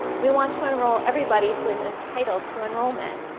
we want to enroll everybody who is entitled to enrollment.